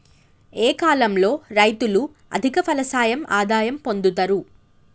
ఏ కాలం లో రైతులు అధిక ఫలసాయం ఆదాయం పొందుతరు?